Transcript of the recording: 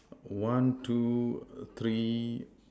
one two three